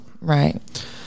Right